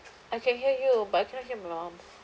I can hear you but I cannot hear my mum